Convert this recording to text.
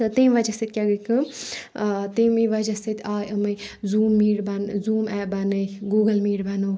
تمہِ وَجہ سۭتۍ کیاہ گٔیہِ کٲم آ تمے وَجہ سۭتۍ آے امہِ زوٗم میٖٹ زوٗم ایپ بَنٲیِکھ گوٗگَل میٖٹ بَنووُکھ تہٕ